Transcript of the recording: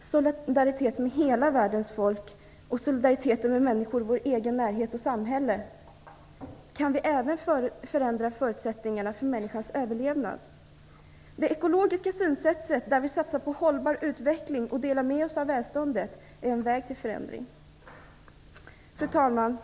solidariteten med hela världens folk och solidariteten med människor i vår egen närhet och vårt eget samhälle, kan vi även ändra förutsättningarna för människans överlevnad. Det ekologiska synsättet, där vi satsar på hållbar utveckling och delar med oss av välståndet, är en väg till förändring. Fru talman!